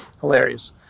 hilarious